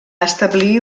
establir